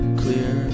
clear